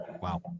Wow